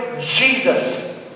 Jesus